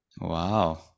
Wow